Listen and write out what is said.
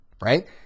right